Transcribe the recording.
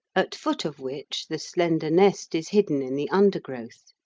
at foot of which the slender nest is hidden in the undergrowth.